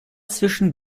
zwischen